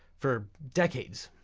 for decades,